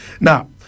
Now